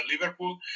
Liverpool